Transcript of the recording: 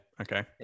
okay